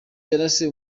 yarashe